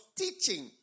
teaching